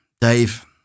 Dave